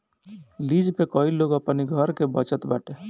lease पे कई लोग अपनी घर के बचत बाटे